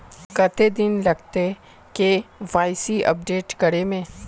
कते दिन लगते के.वाई.सी अपडेट करे में?